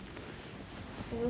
他们穿着 the red suit [one]